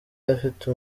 afite